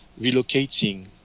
relocating